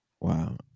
Wow